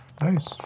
Nice